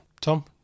Tom